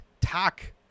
Tak